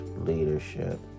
leadership